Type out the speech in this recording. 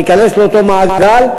להיכנס לאותו מעגל,